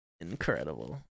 incredible